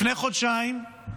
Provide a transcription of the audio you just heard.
לפני חודשיים,